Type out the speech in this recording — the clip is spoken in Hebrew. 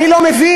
אני לא מבין.